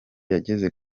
yageze